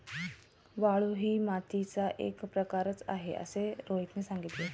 वाळू ही मातीचा एक प्रकारच आहे असे रोहितने सांगितले